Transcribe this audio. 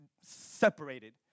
separated